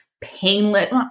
painless